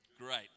Great